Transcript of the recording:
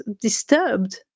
disturbed